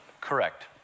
Correct